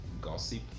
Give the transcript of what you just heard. gossip